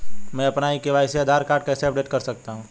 मैं अपना e KYC Aadhaar card कैसे अपडेट कर सकता हूँ?